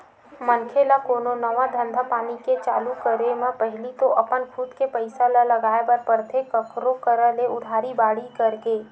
मनखे ल कोनो नवा धंधापानी के चालू करे म पहिली तो अपन खुद के पइसा ल लगाय बर परथे कखरो करा ले उधारी बाड़ही करके